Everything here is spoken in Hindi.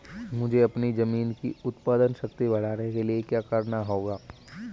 मुझे अपनी ज़मीन की उत्पादन शक्ति बढ़ाने के लिए क्या करना होगा?